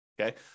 okay